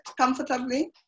comfortably